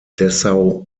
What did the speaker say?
dessau